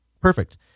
Perfect